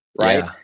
right